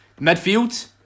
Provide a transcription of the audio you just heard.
midfield